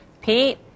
Pete